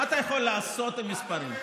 מה אתה יכול לעשות עם מספרים?